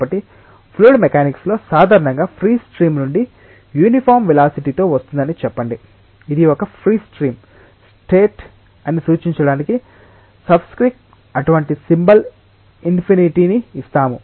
కాబట్టి fluid mechanics లో సాధారణంగా ఫ్రీ స్ట్రీమ్ నుండి యునిఫోర్మ్ వెలాసిటితో వస్తోందని చెప్పండి ఇది ఒక ఫ్రీ స్ట్రీమ్ స్టేట్ అని సూచించడానికి సబ్స్క్రిప్ట్తో అటువంటి సింబల్ ఇన్ఫినిటీ ని ఇస్తాము